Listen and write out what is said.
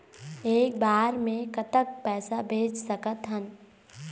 एक बार मे कतक पैसा भेज सकत हन?